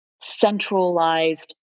centralized